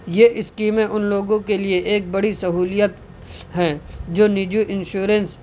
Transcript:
یہ اسکیمیں ان لوگوں کے لیے ایک بڑی سہولیت ہیں جو نجی انشورنس